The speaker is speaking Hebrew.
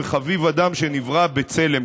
חביב אדם שנברא בצלם.